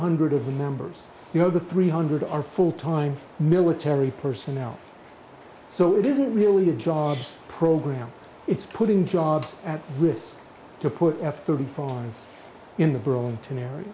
hundred of the members you know the three hundred are full time military personnel so it isn't really a jobs program it's putting jobs at risk to put f thirty five in the burlington area